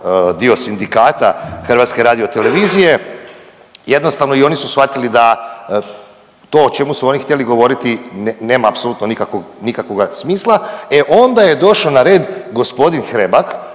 dio sindikata HRT-a, jednostavno i oni su shvatili da to o čemu su oni htjeli govoriti nema apsolutno nikakvog, nikakvoga smisla e onda je došao na red gospodin Hrebak